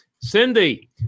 Cindy